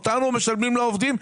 אותנו משלמים לעובדים.